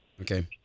Okay